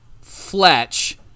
Fletch